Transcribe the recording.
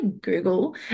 Google